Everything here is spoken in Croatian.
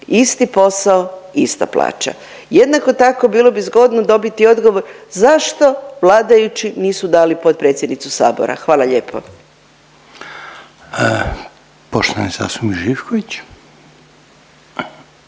Isti postao ista plaća. Jednako tako bilo bi zgodno dobiti odgovor zašto vladajući nisu dali potpredsjednicu Sabora? Hvala lijepo. **Reiner, Željko